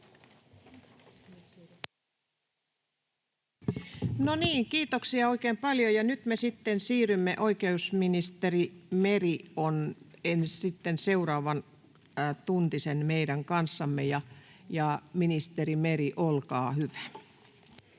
kiitoksia oikein paljon. — Ja nyt me sitten siirrymme. Oikeusministeri Meri on seuraavan tuntisen meidän kanssamme. — Ministeri Meri, olkaa hyvä.